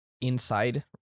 inside